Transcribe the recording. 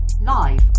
live